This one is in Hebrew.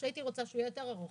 שהייתי רוצה שהוא יהיה יותר ארוך,